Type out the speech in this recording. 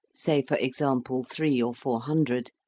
say for example three or four hundred,